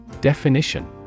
Definition